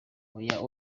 oya